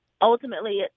ultimately